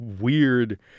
weird